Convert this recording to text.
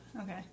Okay